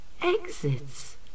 Exits